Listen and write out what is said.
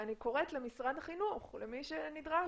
אני קוראת למשרד החינוך ולמי שנדרש,